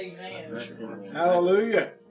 Hallelujah